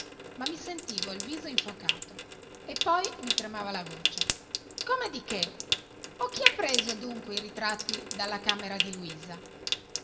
ma mi sentivo il viso infocato e poi mi tremava la voce come di che o chi ha preso dunque i ritratti dalla camera di luisa